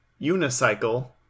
unicycle